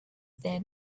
that